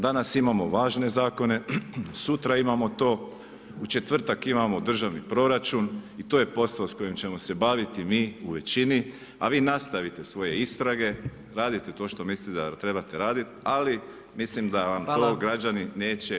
Danas imamo važne zakone, sutra imamo to, u četvrtak imamo državni proračun i to je posao s kojim ćemo se baviti mi u većini, a vi nastavite svoje istrage, radite to što mislite da trebate raditi, ali mislim da vam to građani neće